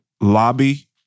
lobby